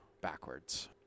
backwards